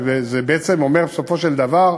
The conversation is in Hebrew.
זה בעצם אומר, בסופו של דבר,